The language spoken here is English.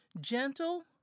gentle